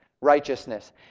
righteousness